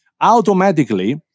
automatically